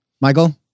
Michael